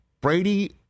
Brady